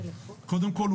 קודם כל,